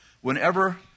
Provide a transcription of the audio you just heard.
whenever